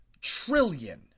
trillion